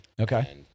Okay